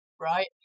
right